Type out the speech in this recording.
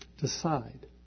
decide